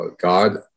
God